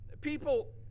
people